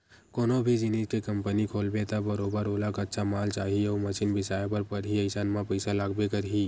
कोनो भी जिनिस के कंपनी खोलबे त बरोबर ओला कच्चा माल चाही अउ मसीन बिसाए बर परही अइसन म पइसा लागबे करही